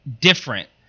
different